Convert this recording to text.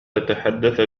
تتحدث